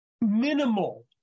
Minimal